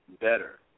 better